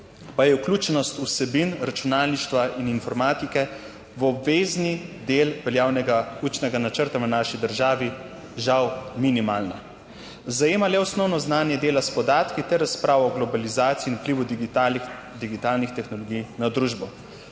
pa je vključenost vsebin računalništva in informatike v obvezni del veljavnega učnega načrta v naši državi, žal, minimalna. Zajema le osnovno znanje dela s podatki ter razpravo o globalizaciji in vplivu digitalnih tehnologij na družbo,